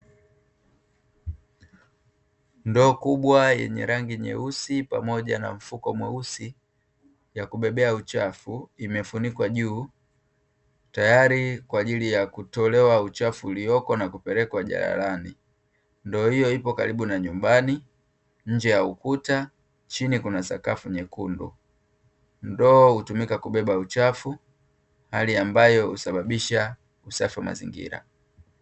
Ndoo kubwa yenye rangi nyeusi pamoja na mfuko mweusi ya kubebea uchafu imefunikwa juu, tayari kwa ajili ya kutolewa uchafu uliopo na kupelekwa jalalani. Ndoo hiyo ipo karibu na nyumbani, nje ya ukuta chini kuna sakafu nyekundu. Ndoo hutumika kubeba uchafu hali ambayo husababisha usafi wa mazingira.